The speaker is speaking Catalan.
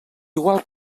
igual